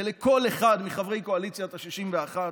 ולכל אחד מחברי קואליציית ה-61,